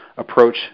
Approach